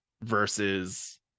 versus